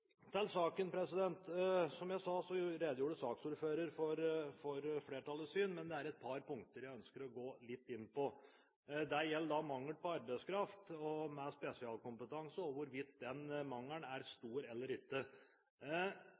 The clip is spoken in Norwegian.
Til saken: Som jeg sa, redegjorde saksordføreren for flertallets syn, men det er et par punkter jeg ønsker å gå litt inn på. Det ene gjelder mangel på arbeidskraft med spesialkompetanse og hvorvidt den mangelen er stor eller ikke.